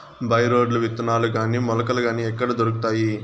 By రోడ్లు విత్తనాలు గాని మొలకలు గాని ఎక్కడ దొరుకుతాయి?